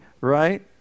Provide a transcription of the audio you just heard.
Right